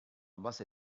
base